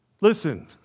Listen